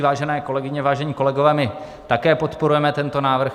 Vážené kolegyně, vážení kolegové, my také podporujeme tento návrh.